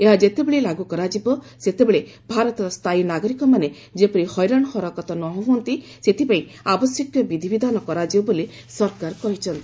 ଏହା ଯେତେବେଳେ ଲାଗୁ କରାଯିବ ସେତେବେଳେ ଭାରତର ସ୍ଥାୟୀ ନାଗରିକମାନେ ଯେପରି ହଇରାଣ ହରକତ ନ ହୁଅନ୍ତି ସେଥିପାଇଁ ଆବଶ୍ୟକୀୟ ବିଧିବିଧାନ କରାଯିବ ବୋଲି ସରକାର କହିଛନ୍ତି